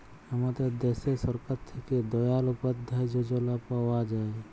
আমাদের দ্যাশে সরকার থ্যাকে দয়াল উপাদ্ধায় যজলা পাওয়া যায়